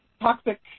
toxic